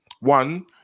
one